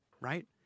Right